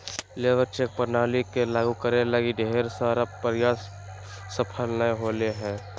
labour check प्रणाली के लागु करे लगी ढेर सारा प्रयास सफल नय होले हें